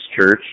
church